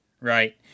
Right